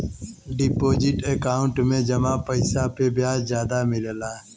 deposit account में जमा पइसा पे ब्याज जादा मिलला